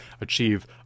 achieve